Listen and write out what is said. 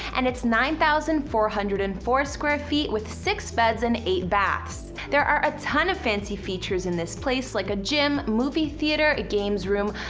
and its nine thousand four hundred and four square feet with six beds and eight baths. there are a ton of fancy features in this place like a gym, movie theatre, games room,